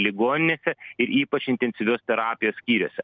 ligoninėse ir ypač intensyvios terapijos skyriuose